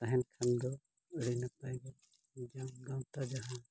ᱛᱟᱦᱮᱱ ᱠᱷᱟᱱ ᱫᱚ ᱟᱹᱰᱤ ᱱᱟᱯᱟᱭ ᱜᱮ ᱜᱟᱶᱛᱟ ᱡᱟᱦᱟᱸ